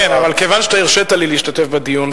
מכיוון שהרשית לי להשתתף בדיון,